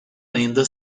ayında